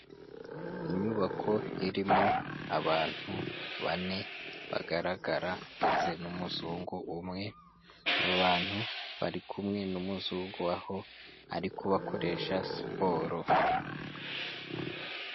Inyubako irimo abantu bane bagaragara ndetse n'umuzungu umwe, abo bantu bari kumwe n'umuzungu aho ari kubakoresha siporo.